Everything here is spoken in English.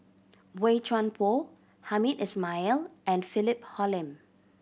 Boey Chuan Poh Hamed Ismail and Philip Hoalim